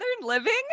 Living